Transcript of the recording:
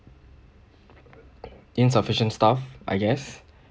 insufficient staff I guess